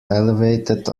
elevated